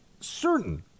certain